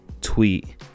Tweet